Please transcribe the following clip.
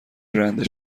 رنده